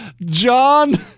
John